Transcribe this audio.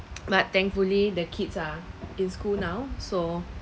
but thankfully the kids are in school now so